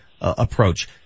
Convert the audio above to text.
approach